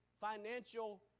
financial